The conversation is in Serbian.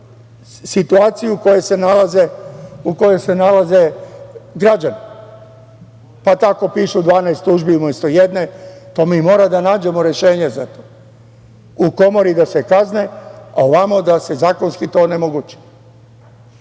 situaciju u kojoj se nalaze građani, pa tako pišu 12 tužbi umesto jedne. Mi moramo da nađemo rešenje za to. U Komori da se kazne, a ovamo da se zakonski to onemogući,